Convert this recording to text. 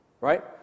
Right